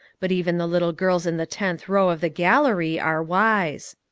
but even the little girls in the tenth row of the gallery are wise.